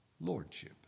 Lordship